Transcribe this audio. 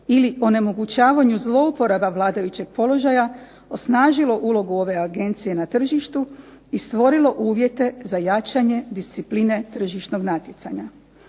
ili onemogućavanju zlouporaba vladajućeg položaja osnažilo ulogu ove agencije na tržištu i stvorilo uvjete za jačanje discipline tržišnog natjecanja.